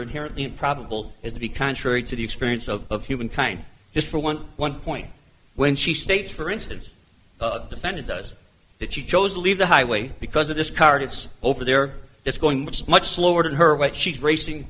inherently improbable as to be contrary to the experience of human kind just for one one point when she states for instance the defendant does that she chose to leave the highway because of this car it's over there it's going much much slower than her but she's racing